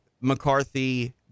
McCarthy